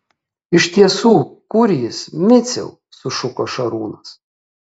iš tiesų kur jis miciau sušuko šarūnas